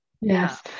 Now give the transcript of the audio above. yes